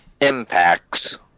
impacts